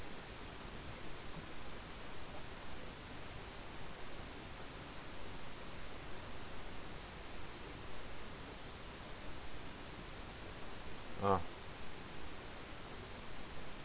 ah